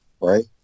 right